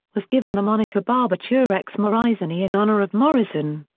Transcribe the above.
was given the moniker barbaturex morrisoni in honor of morrison.